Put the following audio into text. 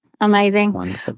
Amazing